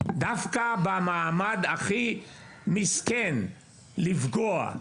דווקא במעמד הכי מסכן לפגוע?